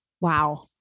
wow